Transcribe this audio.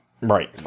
right